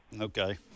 Okay